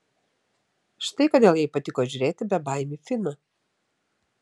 štai kodėl jai patiko žiūrėti bebaimį finą